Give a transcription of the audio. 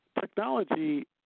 technology